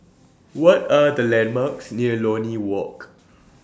What Are The landmarks near Lornie Walk